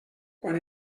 quan